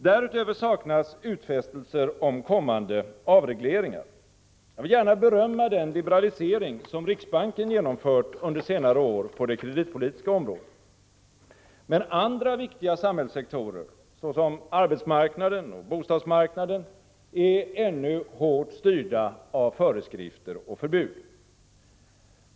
Därutöver saknas utfästelser om kommande avregleringar. Jag vill gärna berömma den liberalisering som riksbanken genomfört under senare år på det kreditpolitiska området. Men andra viktiga samhällssektorer såsom arbetsmarknaden och bostadsmarknaden är ännu hårt styrda av förbud och föreskrifter.